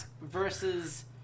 versus